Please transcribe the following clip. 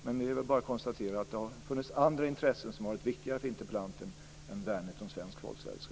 Men jag vill bara konstatera att det har funnits andra intressen som har varit viktigare för interpellanten än värnet om svensk folkhälsa.